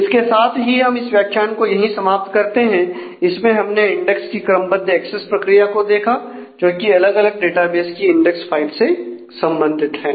इसके साथ ही हम इस व्याख्यान को यहीं समाप्त करते हैं इसमें हमने इंडेक्स की क्रमबद्ध एक्सेस प्रक्रिया को देखा जोकि अलग अलग डेटाबेस की इंडेक्स फाइल से संबंधित है